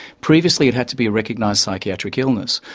previously it had to be a recognised psychiatric illness,